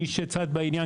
מי שהוא צד בעניין,